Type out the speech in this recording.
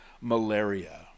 malaria